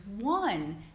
one